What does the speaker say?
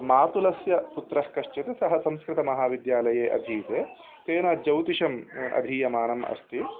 मातुलस्य पुत्रःकश्चित् सः संस्कृतमहाविद्यालये अधीतः तेन ज्योतिषम् अधीयमानम् अस्ति